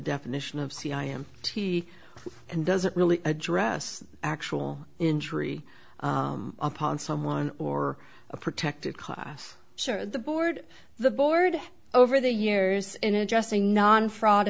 definition of c i am t and doesn't really address actual injury upon someone or a protected class sure the board the board over the years in addressing non fraud